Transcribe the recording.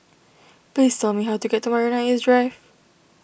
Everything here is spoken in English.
please tell me how to get to Marina East Drive